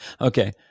Okay